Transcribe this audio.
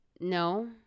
no